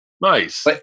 Nice